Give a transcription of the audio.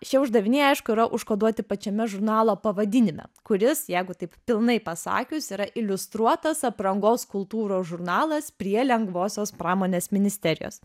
šie uždaviniai aišku yra užkoduoti pačiame žurnalo pavadinime kuris jeigu taip pilnai pasakius yra iliustruotas aprangos kultūros žurnalas prie lengvosios pramonės ministerijos